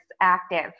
active